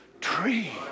tree